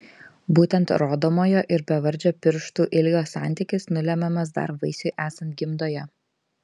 būtent rodomojo ir bevardžio pirštų ilgio santykis nulemiamas dar vaisiui esant gimdoje